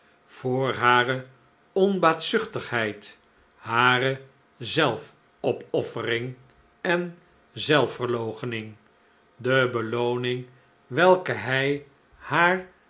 voor hare onbaatzuchtigheid hare zelfopoffering en zelfverloochening debelooning welke hij haar